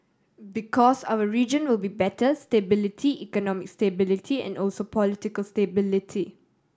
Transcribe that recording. because our region will be better stability economic stability and also political stability